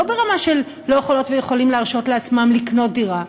לא ברמה של לא יכולות ויכולים להרשות לעצמם לקנות דירה,